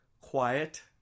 quiet